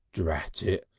drat it!